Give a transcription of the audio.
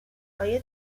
آیا